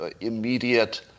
immediate